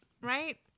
Right